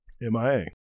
MIA